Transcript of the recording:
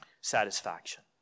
satisfaction